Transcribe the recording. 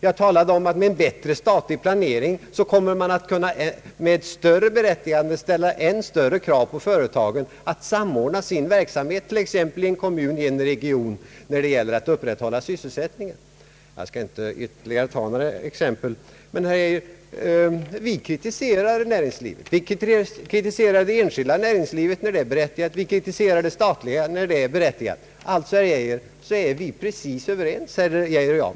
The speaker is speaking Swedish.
Jag talade om att med bättre statlig planering kommer man med större berättigande att kunna ställa än större krav på företagen att samordna sin verksamhet i en kommun eller region för att upprätthålla sysselsättningen. Jag skall inte ta ytterligare exempel men, herr Geijer, vi kritiserar verkligen näringslivet, det enskilda när det är berättigat och det statliga när det är berättigat. Alltså är herr Geijer och jag precis överens.